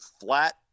flat